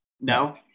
no